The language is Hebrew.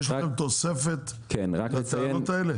יש לכם תוספת להערות האלה?